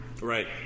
right